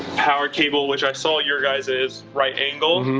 power cable which i saw your guys is right angle,